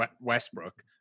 Westbrook